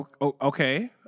Okay